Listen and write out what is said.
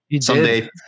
someday